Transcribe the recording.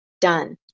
done